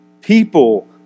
People